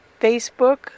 Facebook